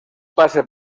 pase